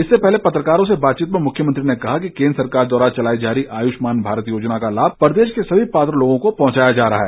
इससे पहले पत्रकारों से बातचीत में मुख्यमंत्री ने कहा कि केन्द्र सरकार द्वारा चलाई जा रही आयुष्मान भारत योजना का लाभ प्रदेश के सभी पात्र लोगों को पहुंचाया जा रहा है